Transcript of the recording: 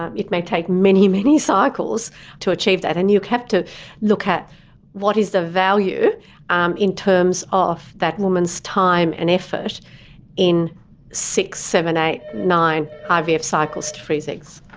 um it may take many, many cycles to achieve that. and you have to look at what is the value um in terms of that woman's time and effort in six, seven, eight, nine ivf cycles to freeze eggs.